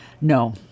No